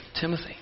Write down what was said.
Timothy